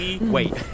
Wait